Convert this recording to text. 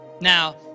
Now